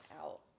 out